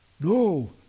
no